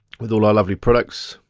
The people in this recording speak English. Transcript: with all our lovely products.